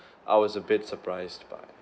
I was a bit surprised by